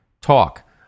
talk